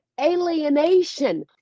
alienation